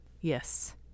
Yes